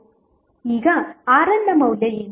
ಈಗ RNನ ಮೌಲ್ಯ ಏನು